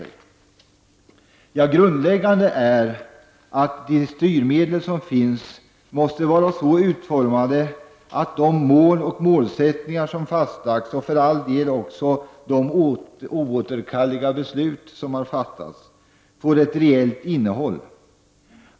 Grundläggande är att de styrmedel som finns måste vara så utformade att de mål och målsättningar som fastlagts -- för all del också de oåterkalleliga beslut som fattas -- får ett reellt innehåll.